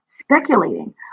speculating